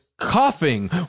coughing